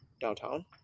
Downtown